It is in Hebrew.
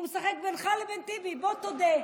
הוא משחק בינך לבין טיבי, בוא תודה.